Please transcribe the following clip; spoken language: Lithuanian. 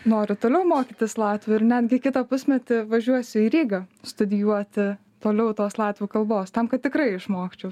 noriu toliau mokytis latvių ir netgi kitą pusmetį važiuosiu į rygą studijuoti toliau tos latvių kalbos tam kad tikrai išmokčiau